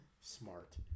Smart